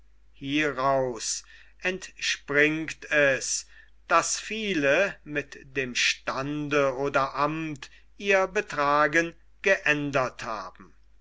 hieraus entspringt es daß viele mit dem stande oder amt ihr betragen geändert haben